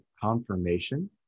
confirmation